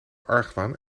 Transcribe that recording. argwaan